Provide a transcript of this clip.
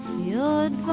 you'd